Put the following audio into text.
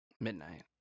Midnight